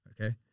okay